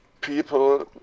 people